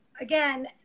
again